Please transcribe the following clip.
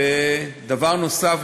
דבר נוסף,